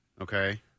Okay